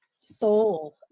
soul